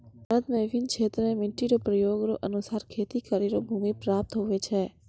भारत मे बिभिन्न क्षेत्र मे मट्टी रो प्रकार रो अनुसार खेती करै रो भूमी प्रयाप्त हुवै छै